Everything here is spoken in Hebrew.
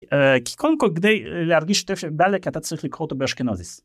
כי קודם כל כדי להרגיש שאתה בלק אתה צריך לקרוא אותו באשכנזית.